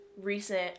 recent